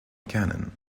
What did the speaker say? cannon